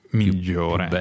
migliore